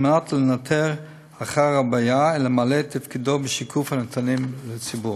על מנת לנטר אחר הבעיה ולמלא את תפקידו בשיקוף הנתונים לציבור.